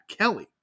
Kelly